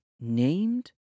named